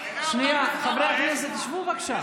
שנייה, חברי הכנסת, שבו, בבקשה.